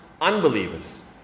unbelievers